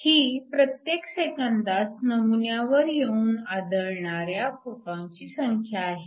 ही प्रत्येक सेकंदास नमुन्यावर येऊन आदळणाऱ्या फोटॉनची संख्या आहे